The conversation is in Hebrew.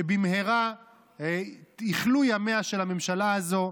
שבמהרה יכלו ימיה של הממשלה הזו,